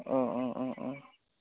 अ अ अ